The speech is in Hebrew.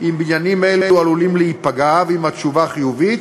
אם בניינים אלו עלולים להיפגע, ואם התשובה חיובית,